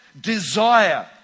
desire